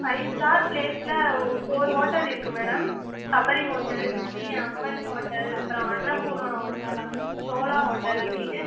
five star ப்ளேஸில் ஒரு four hotel இருக்கு madam Sabari hotel Sri Amman hotel அப்புறம் அன்னபூர்ணா ஹோட்டல் அப்புறம் சோலா ஹோட்டல் அப்படின்னு